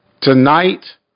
Tonight